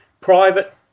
private